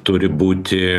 turi būti